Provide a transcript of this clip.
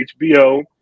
HBO